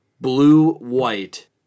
blue-white